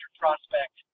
prospect